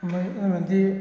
ꯑꯃꯗꯤ